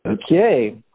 Okay